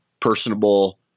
personable